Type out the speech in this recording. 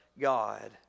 God